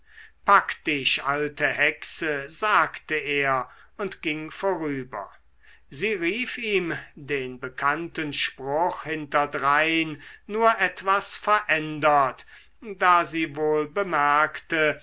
pack dich alte hexe sagte er und ging vorüber sie rief ihm den bekannten spruch hinterdrein nur etwas verändert da sie wohl bemerkte